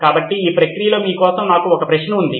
కాబట్టి ఈ ప్రక్రియలో మీ కోసం నాకు ఒక ప్రశ్న ఉంది